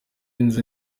inzu